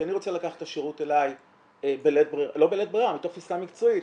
כי אני רוצה לקחת את השירות אלי מתוך תפיסה מקצועית,